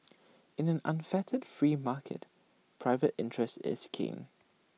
in an unfettered free market private interest is king